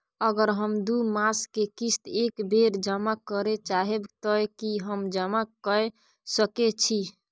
अगर हम दू मास के किस्त एक बेर जमा करे चाहबे तय की हम जमा कय सके छि?